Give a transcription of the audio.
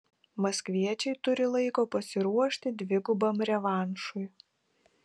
maskviečiai turi laiko pasiruošti dvigubam revanšui